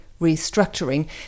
restructuring